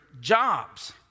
jobs